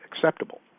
acceptable